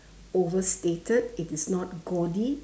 overstated it is not gaudy